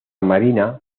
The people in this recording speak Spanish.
marina